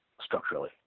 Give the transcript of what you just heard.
structurally